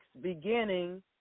beginning